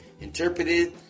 interpreted